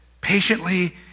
patiently